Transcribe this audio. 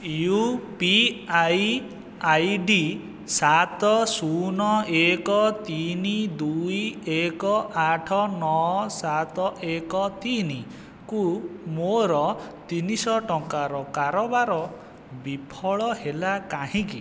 U P I ID ସାତ ଶୂନ ଏକ ତିନି ଦୁଇ ଏକ ଆଠ ନଅ ସାତ ଏକ ତିନି କୁ ମୋର ତିନି ଶହ ଟଙ୍କାର କାରବାର ବିଫଳ ହେଲା କାହିଁକି